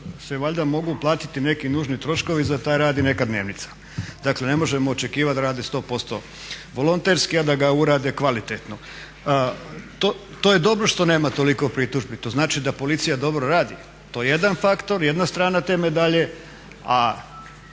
se valjda mogu platiti neki nužni troškovi za taj rad i neka dnevnica. Dakle ne možemo očekivati rad je 100% volonterski a da ga urade kvalitetno. To je dobro što nema toliko pritužbi, to znači da policija dobro radi. To je jedan faktor, jedna strana te medalje a